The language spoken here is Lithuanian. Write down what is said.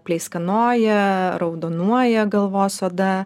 pleiskanoja raudonuoja galvos oda